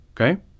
okay